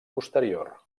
posterior